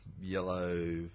yellow